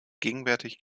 gegenwärtig